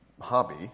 hobby